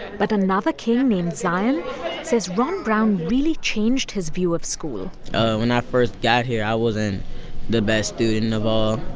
but another king named zion says ron brown really changed his view of school when i first got here, i wasn't the the best student of all,